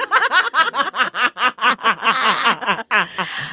i.